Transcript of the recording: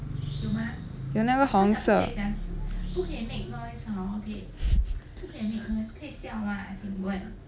有那个红色